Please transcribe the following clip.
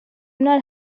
not